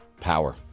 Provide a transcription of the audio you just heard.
Power